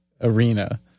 arena